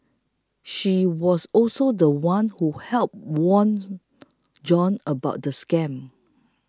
she was also the one who helped warn John about the scam